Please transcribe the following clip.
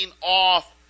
off